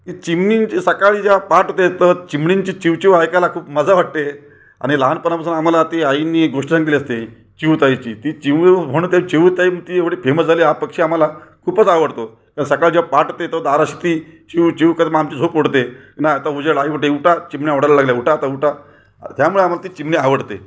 की चिमणी जी सकाळी जेव्हा पहाट होते तेव्हा चिमणींची चिवचिव ऐकायला खूप मजा वाटते आणि लहानपणापासून आम्हाला ती आईंनी एक गोष्ट सांगितलेली असते चिऊताईची ती चिऊ म्हणते चिऊताई ती एवढी फेमस झाले हा पक्षी मला खूपच आवडतो किंवा सकाळी जेव्हा पहाट होते तव् दाराशी ती चिवचिव करत मग आमची झोप मोडते न आता उजेड आई म्हणते आता उठा चिमण्या ओरडायला लागल्या उठा आता उठा त्यामुळे आम्हाला ती चिमणी आवडते